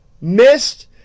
missed